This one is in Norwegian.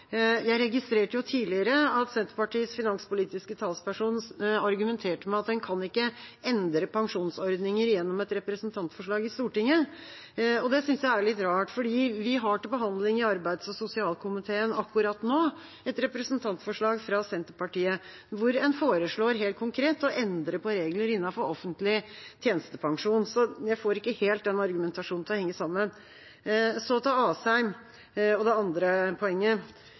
Jeg registrerte tidligere at Senterpartiets finanspolitiske talsperson argumenterte med at en ikke kan endre pensjonsordninger gjennom et representantforslag i Stortinget. Det synes jeg er litt rart, for vi har til behandling i arbeids- og sosialkomiteen akkurat nå et representantforslag fra Senterpartiet hvor en foreslår helt konkret å endre regler innenfor offentlig tjenestepensjon. Så jeg får ikke den argumentasjonen til helt å henge sammen. Så til Asheim og det andre poenget.